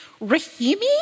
Rahimi